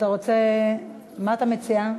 מה אתה מציע?